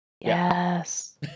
Yes